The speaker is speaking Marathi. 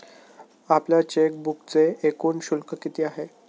आपल्या चेकबुकचे एकूण शुल्क किती आहे?